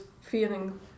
feeling